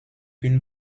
une